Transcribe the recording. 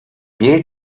bir